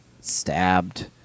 stabbed